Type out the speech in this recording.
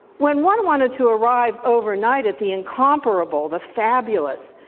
when one wanted to arrive overnight at the incomparable, the fabulous,